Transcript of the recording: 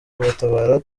kubatabara